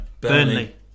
Burnley